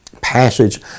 passage